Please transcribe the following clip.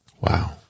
Wow